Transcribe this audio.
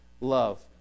love